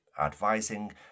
advising